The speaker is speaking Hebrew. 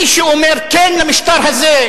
מי שאומר "כן" למשטר הזה,